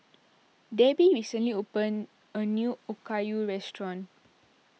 Debby recently opened a new Okayu restaurant